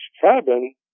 cabin